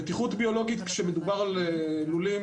בטיחות ביולוגית כשמדובר על לולים,